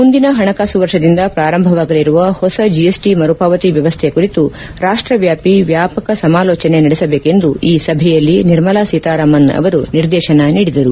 ಮುಂದಿನ ಹಣಕಾಸು ವರ್ಷದಿಂದ ಪ್ರಾರಂಭವಾಗಲಿರುವ ಹೊಸ ಜಿಎಸ್ಟ ಮರುಪಾವತಿ ವ್ಲವಸ್ಥೆ ಕುರಿತು ರಾಷ್ಲವ್ಹಾಪಿ ವ್ಲಾಪಕ ಸಮಾಲೋಚನೆ ನಡೆಸಬೇಕೆಂದು ಈ ಸಭೆಯಲ್ಲಿ ನಿರ್ಮಲಾ ಸೀತಾರಾಮನ್ ಅವರು ನಿರ್ದೇಶನ ನೀಡಿದರು